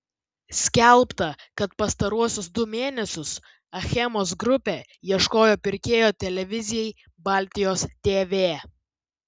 skelbta kad pastaruosius du mėnesius achemos grupė ieškojo pirkėjo televizijai baltijos tv